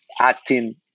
acting